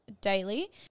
daily